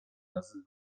nazy